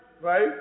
right